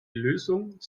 lösung